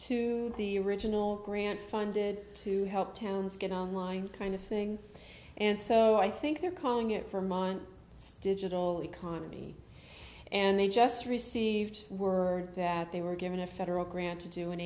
to the original grant funded to help towns get online kind of thing and so i think they're calling it from on stage at all economy and they just received word that they were given a federal grant to do an